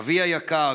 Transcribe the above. "אבי היקר,